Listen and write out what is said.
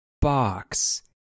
box